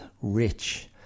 rich